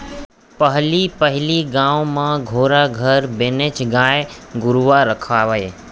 पहली पहिली गाँव म घरो घर बनेच गाय गरूवा राखयँ